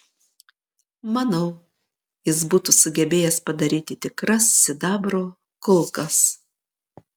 manau jis būtų sugebėjęs padaryti tikras sidabro kulkas